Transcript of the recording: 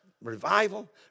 revival